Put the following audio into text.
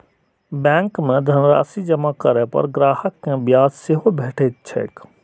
bank मे धनराशि जमा करै पर ग्राहक कें ब्याज सेहो भेटैत छैक